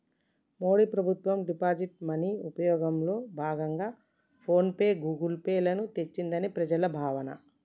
మోడీ ప్రభుత్వం digital money వినియోగంలో భాగంగా ఫోన్ పే, గూగుల్ పే లను తెచ్చిందని ప్రజల భావన